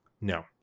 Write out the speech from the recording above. No